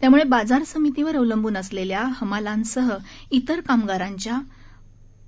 त्यामुळं बाजार समितीवर अवलंबून असलेल्या हमालांसह इतर कामगारांचं